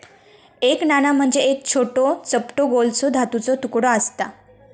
एक नाणा म्हणजे एक छोटो, चपटो गोलसो धातूचो तुकडो आसता